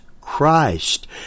Christ